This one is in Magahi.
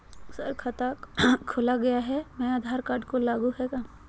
सर खाता खोला गया मैं आधार कार्ड को लागू है हां?